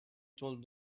told